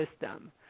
system